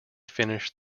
finish